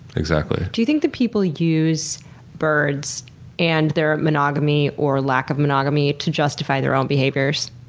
exactly. do you think that people use birds and their monogamy or lack of monogamy to justify their own behaviors?